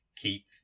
keep